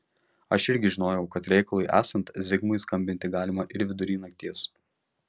aš irgi žinojau kad reikalui esant zigmui skambinti galima ir vidury nakties